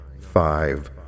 five